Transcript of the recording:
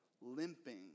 limping